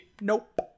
Nope